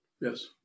Yes